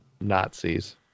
Nazis